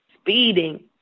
Speeding